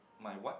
my what